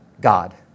God